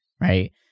right